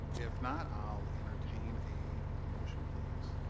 if not i'll entertain a motion please